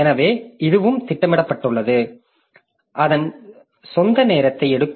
எனவே இதுவும் திட்டமிடப்பட்டுள்ளது அது அதன் சொந்த நேரத்தை எடுக்கும்